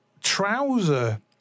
trouser